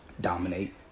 dominate